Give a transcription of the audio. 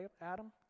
Adam